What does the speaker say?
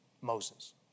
Moses